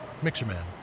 Mixerman